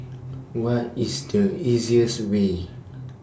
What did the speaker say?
What IS The easiest Way